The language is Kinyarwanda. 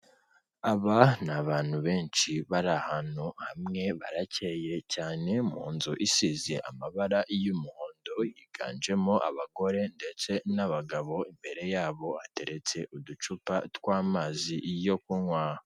Aba ni abantu benshi bari ahantu hamwe, barakeye cyane, mu nzu isize amabara y'umuhondo, higanjemo abagore ndetse n'abagabo, imbere yabo ateretse uducupa tw'amazi yo kunywa.